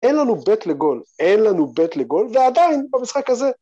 אין לנו ב' לגול, אין לנו ב' לגול, ועדיין במשחק הזה.